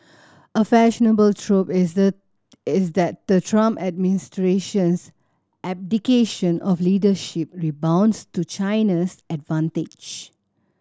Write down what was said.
a fashionable trope is the is that the Trump administration's abdication of leadership rebounds to China's advantage